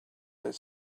that